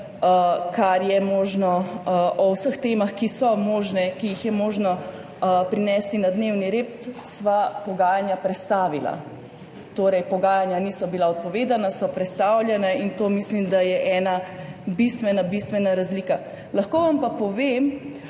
kar je možno, o vseh temah, ki so možne, ki jih je možno prinesti na dnevni red, sva pogajanja prestavila. Torej, pogajanja niso bila odpovedana, so prestavljena, in mislim, da je to ena bistvena bistvena razlika. Lahko vam pa povem